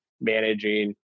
managing